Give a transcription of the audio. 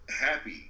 happy